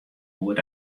goed